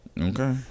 Okay